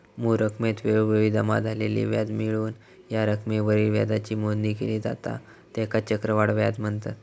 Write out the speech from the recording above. मूळ रकमेत वेळोवेळी जमा झालेला व्याज मिळवून या रकमेवरील व्याजाची मोजणी केली जाता त्येकाच चक्रवाढ व्याज म्हनतत